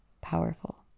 powerful